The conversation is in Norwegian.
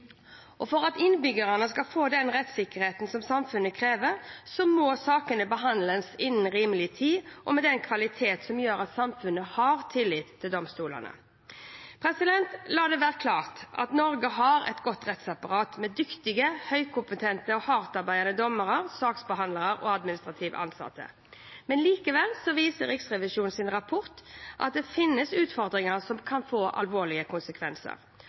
For at innbyggerne skal få den rettssikkerheten som samfunnet krever, må sakene behandles innen rimelig tid og med den kvalitet som gjør at samfunnet har tillit til domstolene. La det være klart: Norge har et godt rettsapparat med dyktige, høykompetente og hardtarbeidende dommere, saksbehandlere og administrativt ansatte. Likevel viser Riksrevisjonens rapport at det finnes utfordringer som kan få alvorlige konsekvenser.